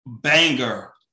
banger